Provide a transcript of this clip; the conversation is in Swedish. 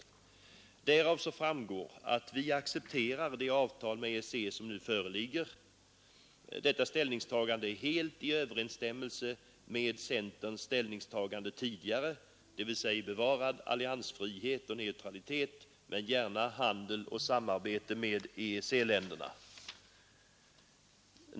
Därav framgår att vi accepterar det avtal med EEC som nu föreligger. Detta ställningstagande — dvs. bevarad alliansfrihet och neutralitet men gärna handel och samarbete med EEC-länderna — är helt i överensstämmelse med centerns tidigare ställningstagande.